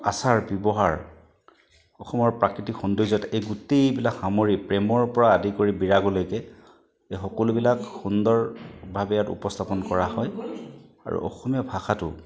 আচাৰ ব্যৱহাৰ অসমৰ প্ৰাকৃতিক সৌন্দৰ্য এই গোটেইবিলাক সামৰি প্ৰেমৰ পৰা আৰম্ভ কৰি বিৰাগলৈকে এই সকলোবিলাক সুন্দৰভাৱে ইয়াত উপস্থাপন কৰা হয় আৰু অসমীয়া ভাষাটো